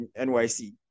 NYC